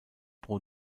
pro